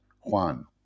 Juan